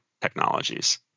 technologies